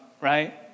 right